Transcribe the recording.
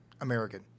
American